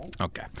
Okay